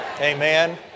Amen